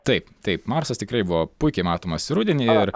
taip taip marsas tikrai buvo puikiai matomas ir rudenį ir